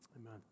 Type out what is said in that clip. Amen